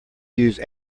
use